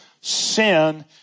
sin